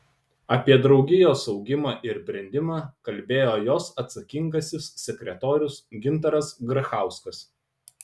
apie draugijos augimą ir brendimą kalbėjo jos atsakingasis sekretorius gintaras grachauskas